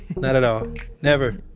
not at all. never.